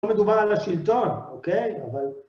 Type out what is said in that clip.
לא מדובר על השלטון, אוקיי? אבל...